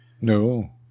No